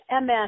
MS